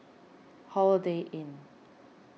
Holiday Inn